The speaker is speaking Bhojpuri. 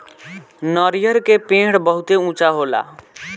नरियर के पेड़ बहुते ऊँचा होला